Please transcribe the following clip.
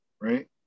right